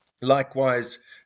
Likewise